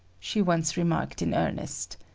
she once remarked in earnest.